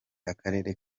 akarere